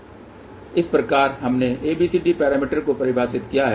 इस प्रकार हमने ABCD पैरामीटर को परिभाषित किया है